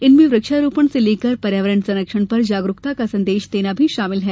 इनमें वृक्षारोपण से लेकर पर्यावरण संरक्षण पर जागरूकता का संदेश देना भी शामिल है